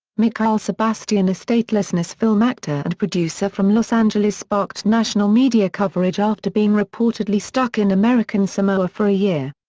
mikhail sebastian a statelessness film actor and producer from los angeles sparked national media coverage after being reportedly stuck in american samoa for a year.